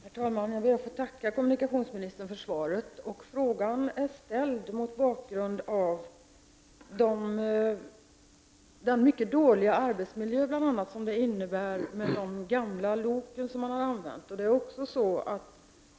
Herr talman! Jag ber att få tacka kommunikationsministern för svaret. Frågan är ställd mot bakgrund bl.a. av den mycket dåliga arbetsmiljö som de gamla loken ger.